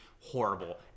horrible